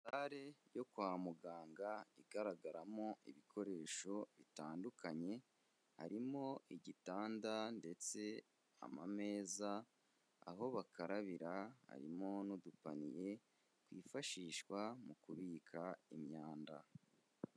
Sale yo kwa muganga igaragaramo ibikoresho bitandukanye, harimo igitanda ndetse n'amameza, aho bakarabira harimo n'udufiye twifashishwa mu kubika imyanda.